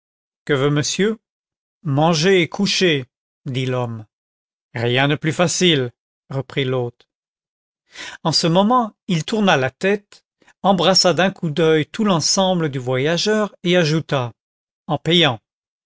monsieur manger et coucher dit l'homme rien de plus facile reprit l'hôte en ce moment il tourna la tête embrassa d'un coup d'oeil tout l'ensemble du voyageur et ajouta en payant